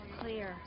clear